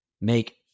make